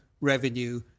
revenue